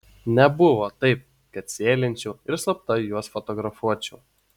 nebuvo taip kad sėlinčiau ir slapta juos fotografuočiau